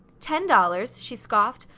ten dollars! she scoffed.